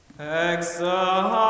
Exhale